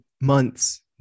months